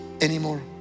anymore